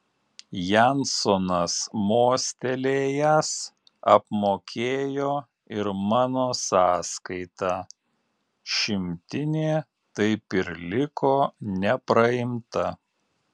jansonas mostelėjęs apmokėjo ir mano sąskaitą šimtinė taip ir liko nepraimta